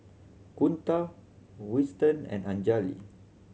Kunta Weston and Anjali